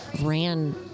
ran